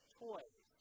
toys